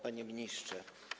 Panie Ministrze!